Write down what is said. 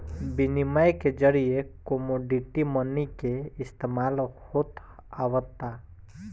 बिनिमय के जरिए कमोडिटी मनी के इस्तमाल होत आवता